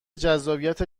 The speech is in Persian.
جذابیت